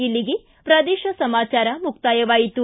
ಇಲ್ಲಿಗೆ ಪ್ರದೇಶ ಸಮಾಚಾರ ಮುಕ್ತಾಯವಾಯಿತು